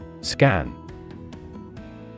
Scan